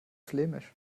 flämisch